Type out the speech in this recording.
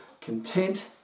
content